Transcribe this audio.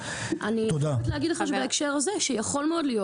אני חייבת להגיד לך בהקשר הזה שיכול מאוד להיות